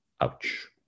Ouch